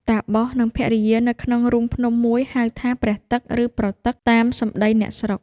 តាបសនិងភរិយានៅក្នុងរូងភ្នំមួយ ហៅថា ព្រះទឹក ឬ ប្រទឹក តាមសំដីអ្នកស្រុក ។